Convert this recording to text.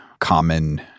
common